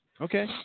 okay